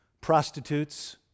prostitutes